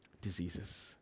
diseases